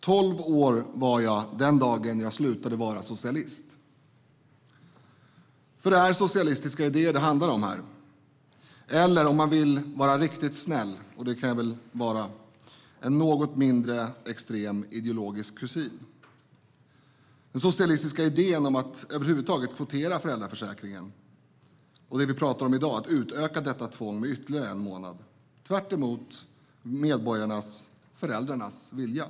Jag var tolv år den dagen jag slutade vara socialist. Det är socialistiska idéer som det handlar om här, eller om man vill vara riktigt snäll - och det kan jag väl vara - en något mindre extrem ideologisk kusin. Den socialistiska idén om att över huvud taget kvotera föräldraförsäkringen och att utöka detta tvång med ytterligare en månad, som vi talar om i dag, går tvärtemot medborgarnas, föräldrarnas, vilja.